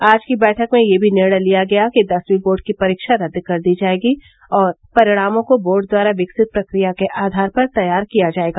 आज की बैठक में यह भी निर्णय लिया गया कि दसवीं बोर्ड की परीक्षा रद्द कर दी जाएगी और परिणामों को बोर्ड द्वारा विकसित प्रक्रिया के आधार पर तैयार किया जायेगा